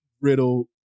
Riddle